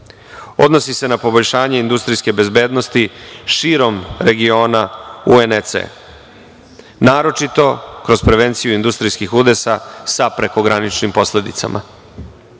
Odnosi se na poboljšanje industrijske bezbednosti, širom regiona UNEC, naročito kroz prevenciju industrijskih udesa sa prekograničnim posledicama. Ona